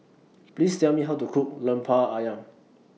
Please Tell Me How to Cook Lemper Ayam